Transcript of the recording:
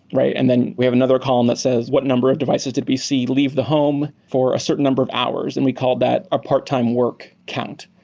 and then we have another column that says what number of devices did we see leave the home for a certain number of hours, and we called that a part-time work count.